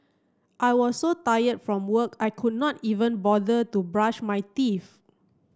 I was so tired from work I could not even bother to brush my teeth